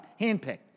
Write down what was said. handpicked